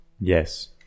Yes